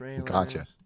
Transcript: Gotcha